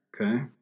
Okay